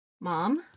mom